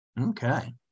Okay